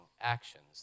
actions